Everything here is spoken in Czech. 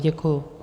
Děkuju.